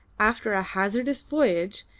after a hazardous voyage,